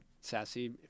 Sassy